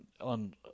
on